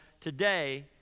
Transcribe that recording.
today